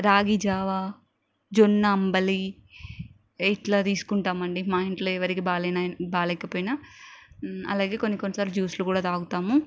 రాగి జావ జొన్న అంబలి ఇట్లా తీసుకుంటామండి మా ఇంట్లో ఎవరికి బాగాలేనా బాగాలేకపోయినా అలాగే కొన్ని కొన్ని సార్లు జ్యూస్లు కూడా తాగుతాము